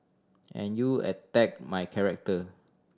and you attack my character